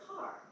car